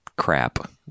crap